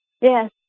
Yes